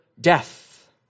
death